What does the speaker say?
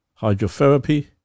hydrotherapy